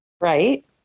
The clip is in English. Right